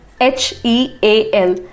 H-E-A-L